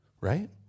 right